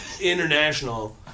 international